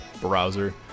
browser